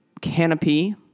canopy